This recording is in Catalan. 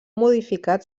modificat